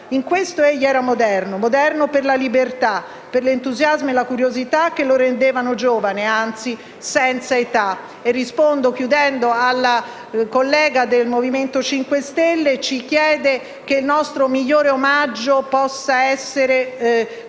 In questo egli era moderno. Moderno per la libertà, per l'entusiasmo e la curiosità, che lo rendevano giovane, anzi, senza età». Concludendo, rispondo alla collega Montevecchi del Movimento 5 Stelle, che chiede che il nostro migliore omaggio possa essere